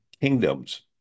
kingdoms